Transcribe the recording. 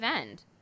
end